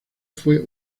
fue